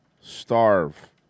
starve